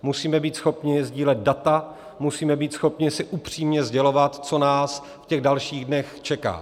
Musíme být schopni sdílet data, musíme být schopni si upřímně sdělovat, co nás v těch dalších dnech čeká.